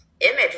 image